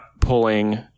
pulling